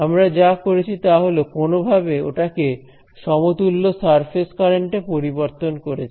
আমরা যা করেছি তা হল কোনভাবে ওটা কে সমতুল্য সারফেস কারেন্ট এ পরিবর্তন করেছি